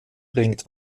bringt